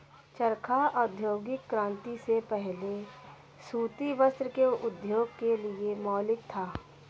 चरखा औद्योगिक क्रांति से पहले सूती वस्त्र उद्योग के लिए मौलिक था